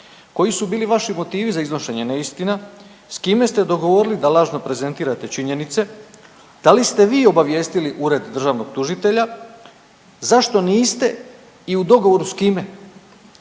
Koji su bili vaši motivi za iznošenje neistina, s kime ste dogovorili da lažno prezentirate činjenice, da li ste vi obavijestili ured državnog tužitelja, zašto niste i u dogovoru s kime?